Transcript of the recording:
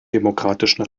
demokratischen